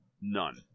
None